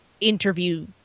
interview